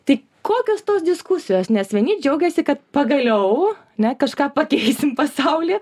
tai kokios tos diskusijos nes vieni džiaugiasi kad pagaliau na kažką pakeisim pasaulį